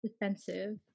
defensive